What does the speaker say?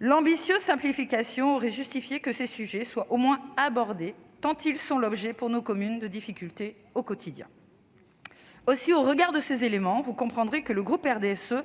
L'ambitieuse simplification aurait justifié que ces sujets soient au moins abordés, tant ils sont l'objet, pour nos communes, de difficultés au quotidien. Aussi, au regard de ces éléments, vous comprendrez que le groupe du RDSE